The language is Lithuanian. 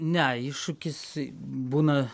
ne iššūkis būna